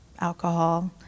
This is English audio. alcohol